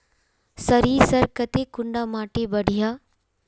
सरीसर केते कुंडा माटी बढ़िया?